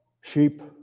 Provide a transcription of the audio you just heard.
Sheep